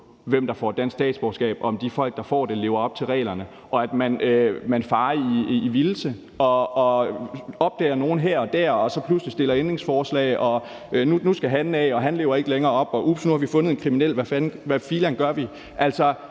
hvem der får dansk statsborgerskab, og om de folk, der får det, lever op til reglerne, og at man handler i vildelse og opdager nogle her og der og så pludselig stiller ændringsforslag – nu skal han af; nu lever han ikke længere op til reglerne; ups, nu har vi fundet en kriminel, så hvad filan gør vi?